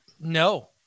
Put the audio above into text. No